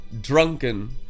Drunken